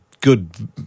good